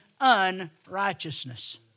unrighteousness